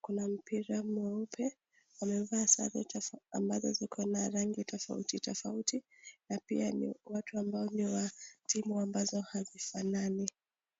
Kuna mpira mweupe wamevaa sare ambazo ziko na rangi tofauti tofauti na pia ni watu ambao ni wa timu ambazo hazifanani.